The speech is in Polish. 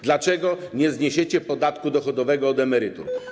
Dlaczego nie zniesiecie podatku dochodowego od emerytur?